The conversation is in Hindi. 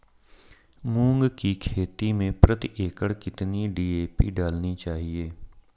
मूंग की खेती में प्रति एकड़ कितनी डी.ए.पी डालनी चाहिए?